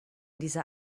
dieser